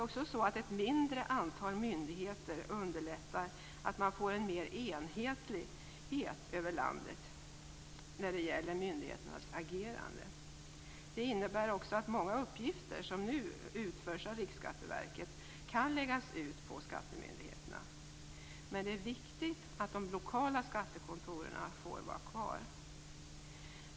Ett mindre antal myndigheter underlättar också att man får mer enhetlighet över landet när det gäller myndigheternas agerande. Det innebär också att många uppgifter som nu utförs av Riksskatteverket kan läggas ut på skattemyndigheterna. Men det är viktigt att de lokala skattekontoren får vara kvar.